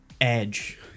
edge